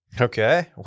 Okay